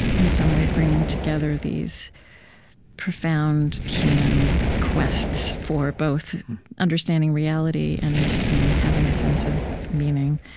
in some way bringing together these profound human quests for both understanding reality and and having a sense of meaning.